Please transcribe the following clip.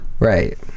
Right